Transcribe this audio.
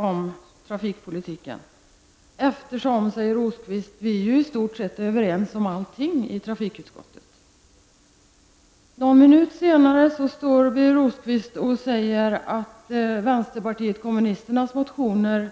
Birger Rosqvist säger att vi ju i trafikutskottet är överens om i stort sett allting. Någon minut senare sade han att det över huvud taget inte finns någon anledning att läsa vänsterpartiet kommunisternas motioner.